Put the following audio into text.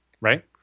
Right